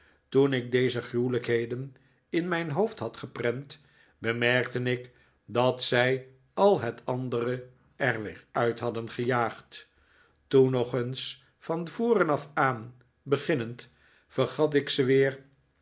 toen ik deze gruwelijkheden in mijn hoofd had geprent bemerkte ik dat zij al het andere er weer uit hadden gejaagd toen nog eens van voren af aan beginnend vergat ik ze weer